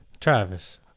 Travis